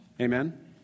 Amen